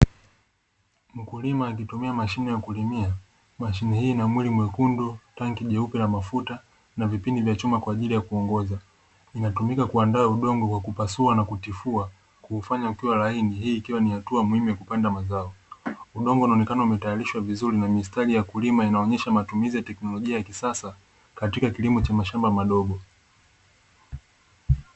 Mkulima akitumia mashine ya kulimia, mashine hii ina mwili mwekundu tanki jeupe na mafuta na vipini vya chuma kwa ajili ya kuongoza ,inatumika kuandaa udongo kwa kupasua na kutifua kuufanya ukiwa laini hii ikiwa ni hatua muhimu ya kupanda mazao udongo unaonekana umetayarishwa vizuri na mistari ya kulima inaonyesha matumizi ya teknolojia ya kisasa katika kilimo cha mashamba madogo.